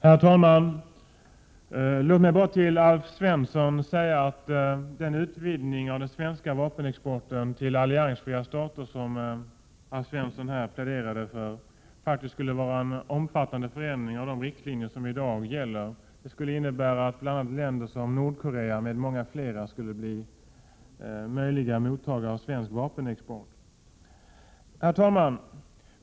Herr talman! Till Alf Svensson vill jag bara säga att den utvidgning av den svenska vapenexporten till alliansfria stater som han här pläderade för faktiskt skulle innebära en omfattande förändring av de riktlinjer som i dag gäller. En sådan utvidgning skulle innebära att Nordkorea och många andra länder blev möjliga mottagare av svenska vapen.